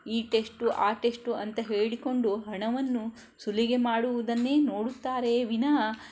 ಈ ಟೆಸ್ಟ್ ಆ ಟೆಸ್ಟ್ ಅಂತ ಹೇಳಿಕೊಂಡು ಹಣವನ್ನು ಸುಲಿಗೆ ಮಾಡುವುದನ್ನೇ ನೋಡುತ್ತಾರೆಯೇ ವಿನಃ